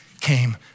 came